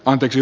anteeksi